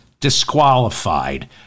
disqualified